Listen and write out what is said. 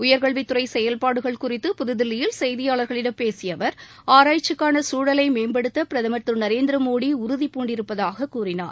உயர்கல்வித்துறை செயல்பாடுகள் குறித்து புதுதில்லியில் செய்தியாளர்களிடம் பேசிய அவர் ஆராய்ச்சிக்கான சூழலை மேம்படுத்த பிரதம் திரு நரேந்திரமோடி உறுதிபூண்டிருப்பதாகக் கூறினார்